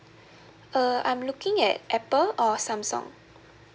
uh I'm looking at apple or samsung